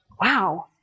wow